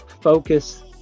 focus